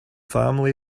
family